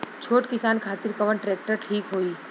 छोट किसान खातिर कवन ट्रेक्टर ठीक होई?